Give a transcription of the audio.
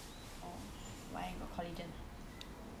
orh why got collagen ah